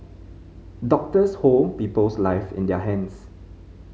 doctors hold people's lives in their hands